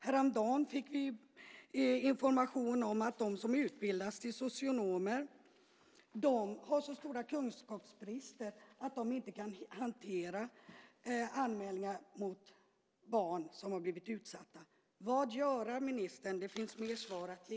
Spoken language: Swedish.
Häromdagen fick vi information om att de som utbildas till socionomer har så stora kunskapsbrister att de inte kan hantera anmälningar mot barn som har blivit utsatta. Vad göra, ministern? Det finns fler svar att ge.